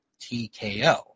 TKO